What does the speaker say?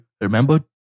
remember